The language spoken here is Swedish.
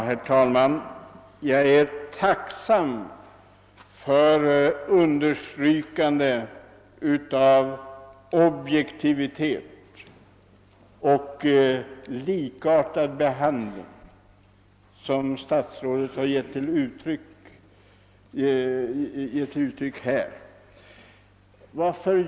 Herr talman! Jag är tacksam för statsrådets understrykande av objektivitet och likartad behandling.